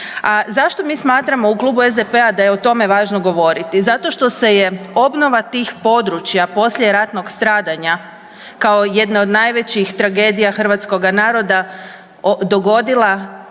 zašto mi smatramo u Klubu SDP-a da je o tome važno govoriti? Zato što se je obnova tih područja poslijeratnog stradanja kao jedna od najvećih tragedija hrvatskoga naroda dogodila